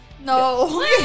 no